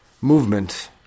movement